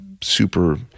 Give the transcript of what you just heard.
super